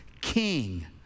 king